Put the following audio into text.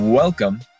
Welcome